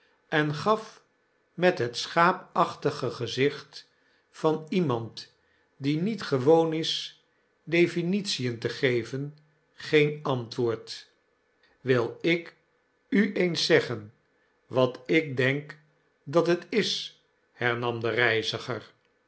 en gaf met het schaapachtige gezicht van iemand die nietgewoonis definition te geven geen antwoord wil ik u eens zeggen wat ik denkdathet is hernam de reiziger